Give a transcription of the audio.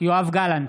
יואב גלנט,